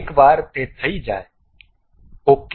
એકવાર તે થઈ જાય ok